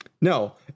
No